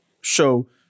show